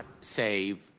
save